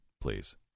please